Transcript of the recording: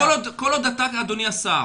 כל עוד אתה אדוני השר,